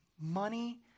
money